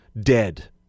dead